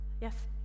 Yes